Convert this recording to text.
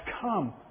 come